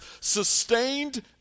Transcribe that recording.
sustained